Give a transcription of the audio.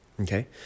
okay